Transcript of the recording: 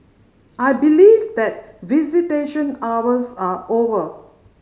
I believe that visitation hours are over